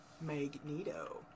Magneto